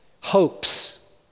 hopes